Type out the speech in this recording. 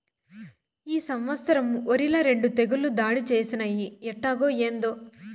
ఈ సంవత్సరం ఒరిల రెండు తెగుళ్ళు దాడి చేసినయ్యి ఎట్టాగో, ఏందో